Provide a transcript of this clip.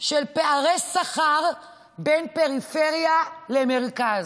של פערי שכר בין פריפריה למרכז.